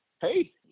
hey